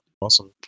awesome